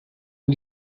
man